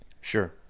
Sure